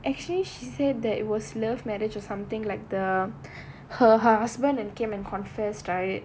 actually she said that it was love marriage or something like the her her husband and came and confessed right